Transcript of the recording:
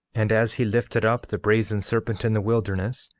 and as he lifted up the brazen serpent in the wilderness,